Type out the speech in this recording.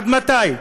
עד מתי?